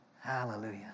Hallelujah